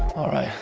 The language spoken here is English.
alright,